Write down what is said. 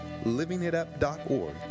livingitup.org